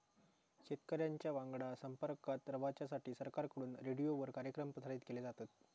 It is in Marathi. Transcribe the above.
शेतकऱ्यांच्या वांगडा संपर्कात रवाच्यासाठी सरकारकडून रेडीओवर कार्यक्रम प्रसारित केले जातत